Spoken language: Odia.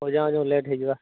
ହଉ ଯାଅ ଯାଅ ଲେଟ୍ ହେଇ ଯିବା